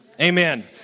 Amen